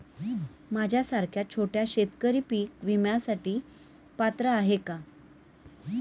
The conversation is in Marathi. माझ्यासारखा छोटा शेतकरी पीक विम्यासाठी पात्र आहे का?